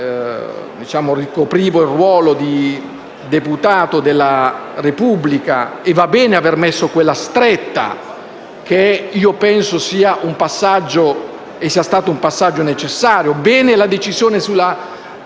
ricoprivo il ruolo di deputato della Repubblica. Va bene aver messo quella stretta; penso sia stato un passaggio necessario. Bene anche la decisione sulle